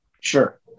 Sure